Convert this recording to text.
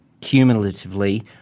cumulatively